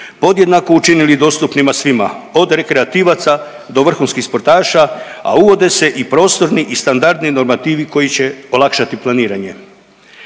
podjednako učinili dostupnima svima od rekreativaca do vrhunskih sportaša, a uvode se i prostorni i standardni normativi koji će olakšati planiranje.